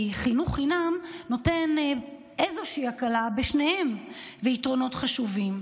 כי חינוך חינם נותן איזושהי הקלה בשניהם ויתרונות חשובים.